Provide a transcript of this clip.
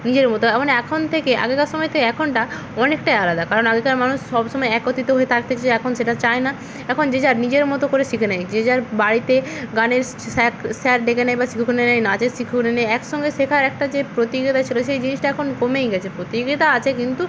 নিজের মতো মানে এখন থেকে আগেকার সময়েতে এখনটা অনেকটাই আলাদা কারণ আগেকার মানুষ সব সময় একত্রিত হয়ে থাকতো যে এখন সেটা চায়না এখন যে যার নিজের মতো করে শিখে নেয় যে যার বাড়িতে গানের স্যার স্যার ডেকে নেয় বা শিক্ষক ডেকে নেয় নাচের শিক্ষক ডেকে নেয় একসঙ্গে শেখার একটা যে প্রতিযোগিতা ছিলো সেই জিনিসটা এখন কমেই গেছে প্রতিযোগিতা আছে কিন্তু